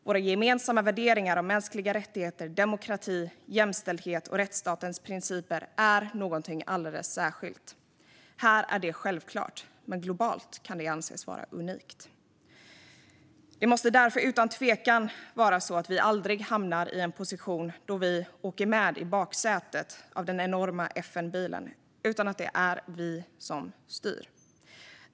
Våra gemensamma värderingar om mänskliga rättigheter, demokrati, jämställdhet och rättsstatens principer är någonting alldeles särskilt. Här är det självklart, men globalt kan det anses vara unikt. Det måste därför utan tvivel vara så att vi aldrig får hamna i en position där vi åker med i baksätet på den enorma FN-bilen, utan det måste vara vi som styr.